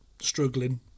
struggling